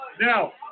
Now